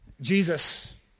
Jesus